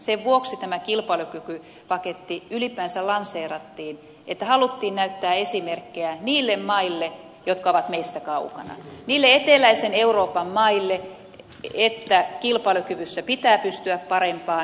sen vuoksi tämä kilpailukykypaketti ylipäänsä lanseerattiin että haluttiin näyttää esimerkkiä niille maille jotka ovat meistä kaukana niille eteläisen euroopan maille että kilpailukyvyssä pitää pystyä parempaan